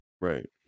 right